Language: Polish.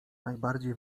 najbardziej